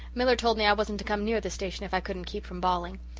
miller told me i wasn't to come near the station if i couldn't keep from bawling.